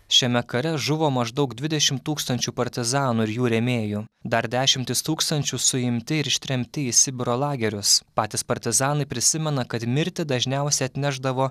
šiame kare žuvo maždaug dvidešim tūkstančių partizanų ir jų rėmėjų dar dešimtys tūkstančių suimti ir ištremti į sibiro lagerius patys partizanai prisimena kad mirtį dažniausiai atnešdavo